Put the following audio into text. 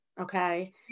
okay